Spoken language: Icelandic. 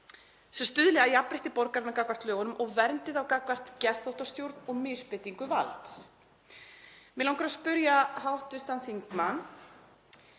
sem stuðli að jafnrétti borgaranna gagnvart lögunum og verndi þá gagnvart geðþóttastjórn og misbeitingu valds. Mig langar að spyrja hv. þingmann